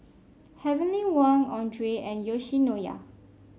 Heavenly Wang Andre and Yoshinoya